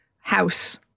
house